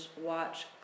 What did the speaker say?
watch